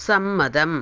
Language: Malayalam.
സമ്മതം